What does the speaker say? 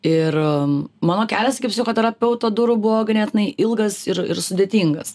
ir mano kelias iki psichoterapeuto durų buvo ganėtinai ilgas ir ir sudėtingas